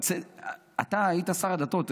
אתה היית שר הדתות,